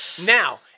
Now